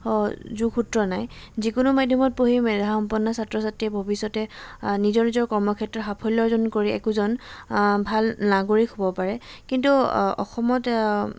যোগ সূত্ৰ নাই যিকোনো মাধ্যমত পঢ়ি মেধা সম্পন্ন ছাত্ৰ ছাত্ৰীয়ে ভৱিষ্যতে নিজৰ নিজৰ কৰ্মক্ষেত্ৰত সাফল্য অৰ্জন কৰি একোজন ভাল নাগৰিক হ'ব পাৰে কিন্তু অসমত